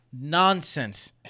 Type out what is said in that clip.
nonsense